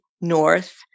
North